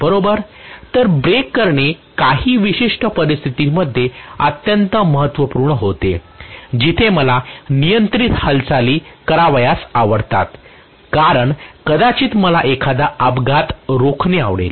बरोबर तर ब्रेक करणे काही विशिष्ट परिस्थितींमध्ये अत्यंत महत्त्वपूर्ण होते जिथे मला नियंत्रित हालचाली करावयास आवडतात कारण कदाचित मला एखादा अपघात रोखणे आवडेल